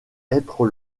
être